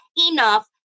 enough